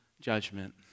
judgment